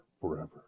forever